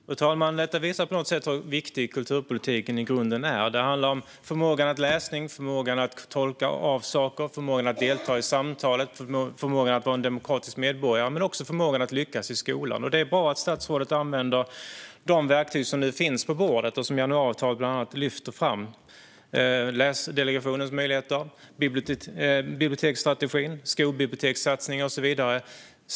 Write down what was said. Fru talman! Detta visar på något sätt hur viktig kulturpolitiken i grunden är. Det handlar om förmågan att läsa, att tolka det man läser, att delta i samtal, att vara en demokratisk medborgare och att lyckas i skolan. Det är bra att statsrådet använder de verktyg som finns på bordet och som lyfts fram i januariavtalet: Läsdelegationen, biblioteksstrategin, satsningar på skolbibliotek och så vidare.